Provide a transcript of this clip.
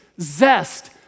zest